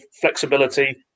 flexibility